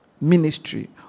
ministry